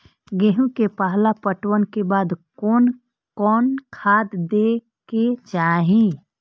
गेहूं के पहला पटवन के बाद कोन कौन खाद दे के चाहिए?